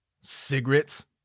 Cigarettes